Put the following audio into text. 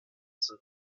sind